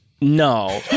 No